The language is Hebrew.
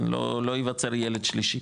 לא ייווצר ילד שלישי,